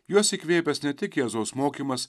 juos įkvėpęs ne tik jėzaus mokymas